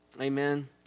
Amen